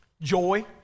joy